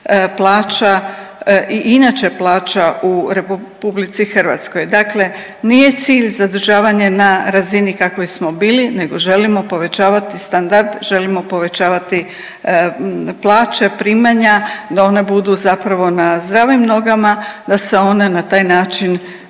plaća i inače plaća u RH. Dakle, nije cilj zadržavanje na razini kakvoj smo bili nego želimo povećavati standard, želimo povećavati plaće, primanja da one budu zapravo na zdravim nogama da se ona na taj način